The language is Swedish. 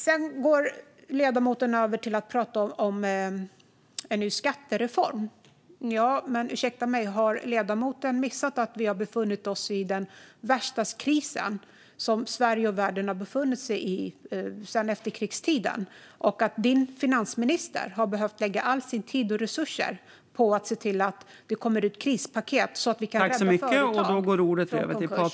Ledamoten går sedan över till att prata om en ny skattereform. Ursäkta mig, men har ledamoten missat att vi har befunnit oss i den värsta kris som Sverige och världen har upplevt sedan efterkrigstiden? Din finansminister har behövt lägga all sin tid och alla resurser på att se till att det kommer ut krispaket så att vi kan rädda företag från konkurs, Patrik Lundqvist.